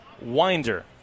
Winder